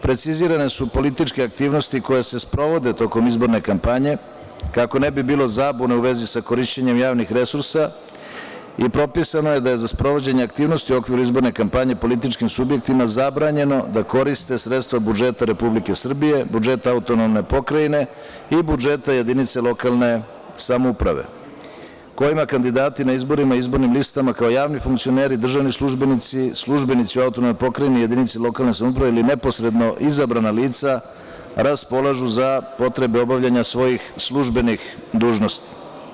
Precizirane su političke aktivnosti koje se sprovode tokom izborne kampanje kako ne bi bilo zabune u vezi sa korišćenjem javnih resursa i propisano je da je za sprovođenje aktivnosti u okviru izborne kampanje političkim subjektima zabranjeno da koriste sredstva budžeta Republike Srbije, budžeta AP i budžeta jedinice lokalne samouprave, kojima kandidati na izborima i izbornim listama kao javni funkcioneri, državni službenici, službenici u AP i jedinici lokalne samouprave ili neposredno izabrana lica raspolažu za potrebe obavljanja svojih službenih dužnosti.